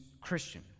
Christian